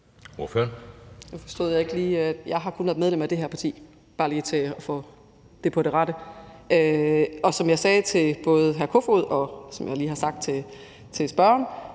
Det forstod jeg ikke lige. Jeg har kun været medlem af det her parti – det er bare for lige at få det på det rene. Som jeg sagde til hr. Peter Kofod, og som jeg lige har sagt til spørgeren,